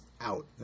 out